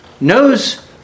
knows